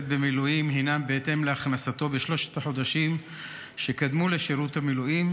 במילואים הם בהתאם להכנסתו בשלושת החודשים שקדמו לשירות המילואים,